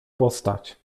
postać